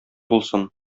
булсын